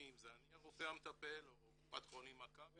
אם זה אני הרופא המטפל או קופת חולים מכבי,